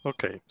Okay